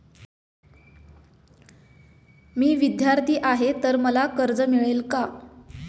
मी विद्यार्थी आहे तर मला कर्ज मिळेल का?